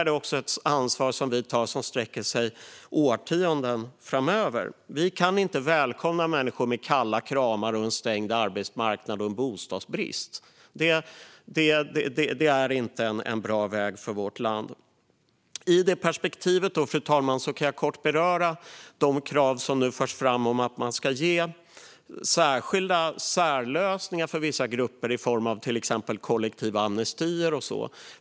Detta är ett ansvar som sträcker sig årtionden framöver. Vi kan inte välkomna människor med kalla kramar och en stängd arbetsmarknad och bostadsbrist. Det är inte en bra väg för vårt land. I det perspektivet, fru talman, kan jag kort beröra de krav som nu förs fram på särskilda särlösningar för vissa grupper i form av till exempel kollektiva amnestier.